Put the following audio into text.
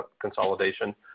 consolidation